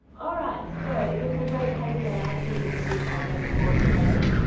alright. so, it gives me great pleasure now to introduce our guest for today.